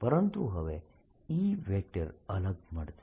પરંતુ હવે E અલગ મળશે